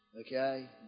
Okay